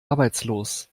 arbeitslos